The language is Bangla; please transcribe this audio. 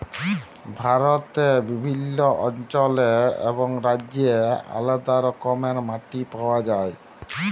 ভারতে বিভিল্ল্য অল্চলে এবং রাজ্যে আলেদা রকমের মাটি পাউয়া যায়